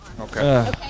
Okay